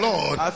Lord